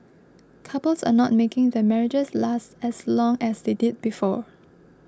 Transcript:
couples are not making their marriages last as long as they did before